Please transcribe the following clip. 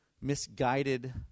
misguided